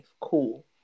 cool